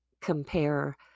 compare